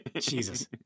Jesus